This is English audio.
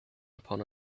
upon